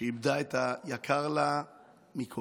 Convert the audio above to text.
שאיבדה את היקר לה מכול,